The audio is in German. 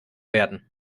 werden